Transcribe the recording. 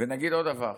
ונגיד עוד דבר: